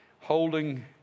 holding